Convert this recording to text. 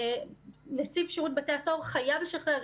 נציב שירות בתי הסוהר חייב לשחרר.